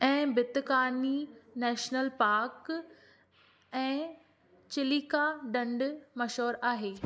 ऐं Bhitarkanika national park ऐं चिल्का ढंढु मशहूरु आहे